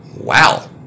wow